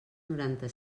noranta